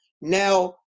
now